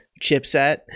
chipset